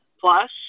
plus